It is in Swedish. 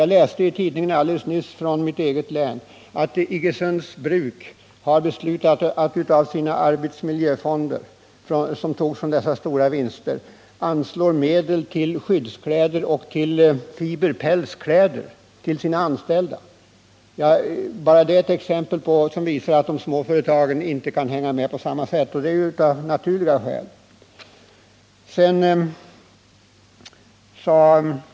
Jag läste alldeles nyss i en tidning från mitt eget län att Iggesunds bruk har beslutat att av sina arbetsmiljöfonder, som togs från dess stora vinster 1973-1974, anslå medel till skyddskläder och till fiberpälskläder för sina anställda. Detta är bara ett exempel, och det visar att de små företagen av naturliga skäl inte kan hänga med de stora.